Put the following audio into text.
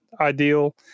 ideal